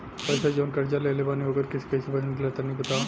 पैसा जऊन कर्जा लेले बानी ओकर किश्त कइसे बनेला तनी बताव?